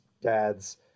dads